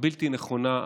הבלתי-נכונה,